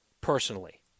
personally